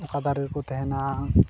ᱚᱠᱟ ᱫᱟᱨᱮ ᱨᱮᱠᱚ ᱛᱟᱦᱮᱱᱟ